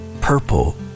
purple